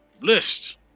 List